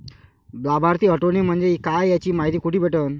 लाभार्थी हटोने म्हंजे काय याची मायती कुठी भेटन?